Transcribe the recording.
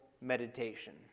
meditation